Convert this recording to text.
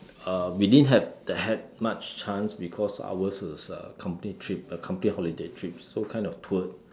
uh we didn't have the had much chance because ours is uh company trip uh company holiday trip so kind of toured